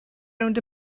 rownd